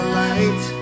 light